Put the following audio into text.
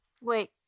Wait